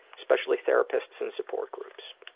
especially therapists and support groups.